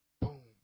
Boom